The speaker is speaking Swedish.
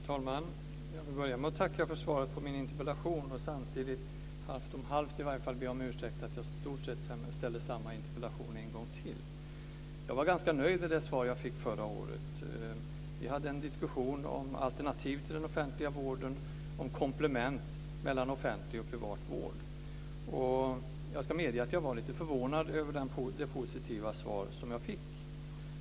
Fru talman! Jag vill börja med att tacka för svaret på min interpellation och samtidigt halvt om halvt be om ursäkt för att jag ställde i stort sett samma interpellation en gång till. Jag var ganska nöjd med det svar jag fick förra året. Vi hade en diskussion om alternativ till den offentliga vården och om komplement till offentlig och privat vård. Jag ska medge att jag var lite förvånad över det positiva svar som jag fick.